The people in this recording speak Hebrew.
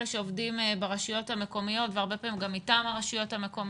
אלה שעובדים ברשויות המקומיות והרבה פעמים גם מטעם הרשויות המקומיות.